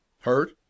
Hurt